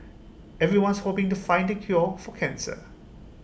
everyone's hoping to find the cure for cancer